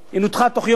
היא נותחה בתוך יום,